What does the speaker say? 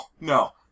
no